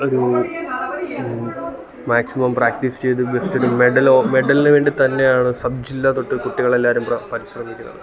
ഒരു maximum practice ചെയ്ത് medal മെഡൽന് വേണ്ടിത്തന്നെയാണ് സബ്ജില്ല തൊട്ട് കുട്ടികളെല്ലാവരും പരിശ്രമിക്കുന്നത്